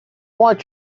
want